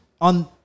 on